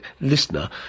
listener